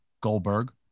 Goldberg